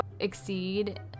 Exceed